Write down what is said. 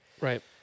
Right